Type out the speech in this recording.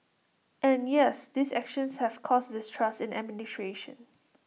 and yes these actions have caused this distrust in administration